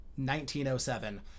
1907